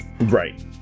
Right